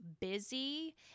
busy